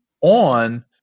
on